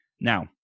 Now